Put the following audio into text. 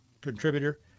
contributor